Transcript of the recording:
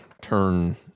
turn